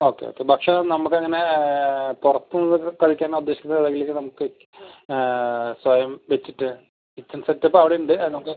okay okay ഭക്ഷണം നമുക്ക് എങ്ങനെ പുറത്തുനിന്ന് കഴിക്കാനാനോ ഉദ്ദേശിക്കുന്നത് അല്ലെങ്കിൽ നമുക്ക് സ്വയം വെച്ചിട്ട് കിച്ചൺ സെറ്റപ്പ് അവിടെ ഉണ്ട് നമുക്ക്